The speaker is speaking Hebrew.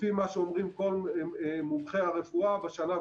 לפי מה שאומרים כל מומחי הרפואה.